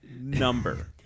number